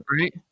right